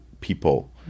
people